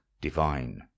divine